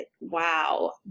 wow